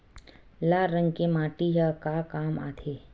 लाल रंग के माटी ह का काम आथे?